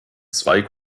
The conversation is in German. zwei